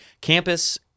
campus